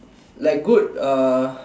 like good uh